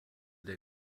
der